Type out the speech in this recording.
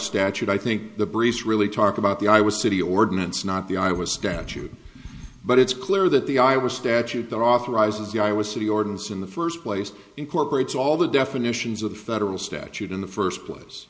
statute i think the breeze really talked about the i was city ordinance not the i was statute but it's clear that the i was statute that authorizes the i was city ordinance in the first place incorporates all the definitions of the federal statute in the first place